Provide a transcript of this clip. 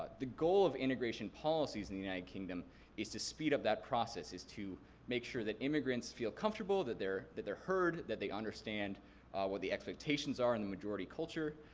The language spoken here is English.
the goal of immigration policies in the united kingdom is to speed up that process, is to make sure that immigrants feel comfortable, that they're that they're heard, that they understand what the expectations are the majority culture.